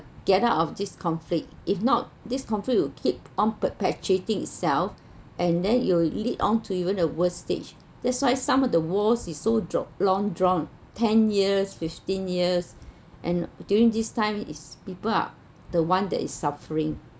get out of this conflict if not this confirm will keep on perpetuating itself and then it will lead onto even a worst stage that's why some of the wars is so drop long drawn ten years fifteen years and during this time is people are the one that is suffering